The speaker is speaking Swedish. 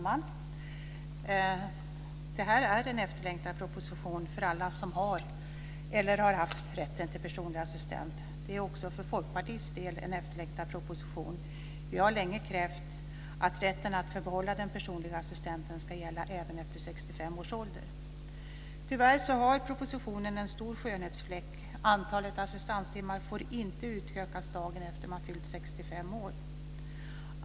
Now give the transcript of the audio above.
Fru talman! Detta är en efterlängtad proposition för alla som har eller har haft rätten till personlig assistent. Det är också för Folkpartiets del en efterlängtad proposition. Vi har länge krävt att man ska få behålla den personliga assistenten även efter 65 års ålder. Tyvärr har propositionen en stor skönhetsfläck. Antalet assistanstimmar får inte utökas dagen efter det att man har fyllt 65 år.